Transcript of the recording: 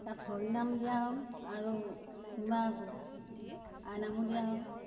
তাত হৰি নাম দিয়া হ'ল আৰু কোনোবা আই নামো দিয়া হ'ল